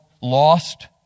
lost